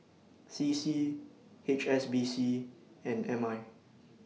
C C H S B C and M I